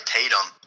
Tatum